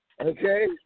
Okay